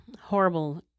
horrible